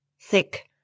thick